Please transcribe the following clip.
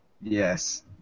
Yes